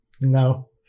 No